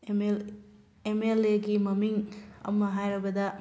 M L ꯑꯦꯒꯤ ꯃꯃꯤꯡ ꯑꯃ ꯍꯥꯏꯔꯕꯗ